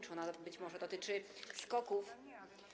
Czy ona być może dotyczy SKOK-ów?